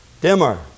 Dimmer